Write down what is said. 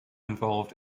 involved